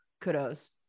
kudos